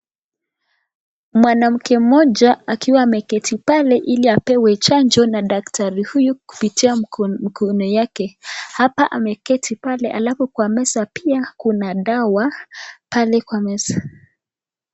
Mwanamke mmoja akiwa ameketi pale ili apewe chanjo na daktari huyu kupitia mkono yake hapa ameketi pale alafu kwa meza pia kuna dawa pale kwa meza.